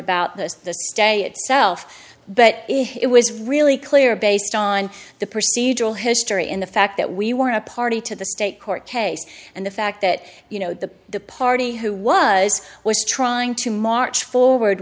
about this the day itself but it was really clear based on the procedural history in the fact that we want a party to the state court case and the fact that you know the the party who was was trying to march forward